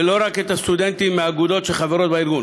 ולא רק את הסטודנטים מהאגודות שחברות בארגון.